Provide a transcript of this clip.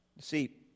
See